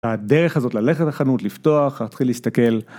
הדרך הזאת ללכת לחנות, לפתוח, להתחיל להסתכל.